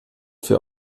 für